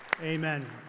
Amen